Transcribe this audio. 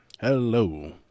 Hello